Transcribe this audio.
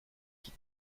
qui